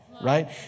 Right